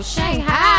Shanghai